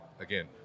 again